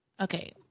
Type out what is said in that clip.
Okay